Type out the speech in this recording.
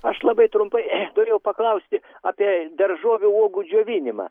aš labai trumpai norėjau paklausti apie daržovių uogų džiovinimą